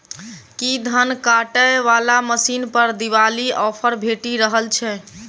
की धान काटय वला मशीन पर दिवाली ऑफर भेटि रहल छै?